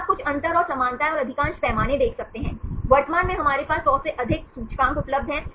तो आप कुछ अंतर और समानताएं और अधिकांश पैमाने देख सकते हैं वर्तमान में हमारे पास 100 से अधिक सूचकांक उपलब्ध हैं